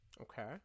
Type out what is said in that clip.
Okay